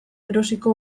erosiko